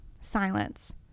Silence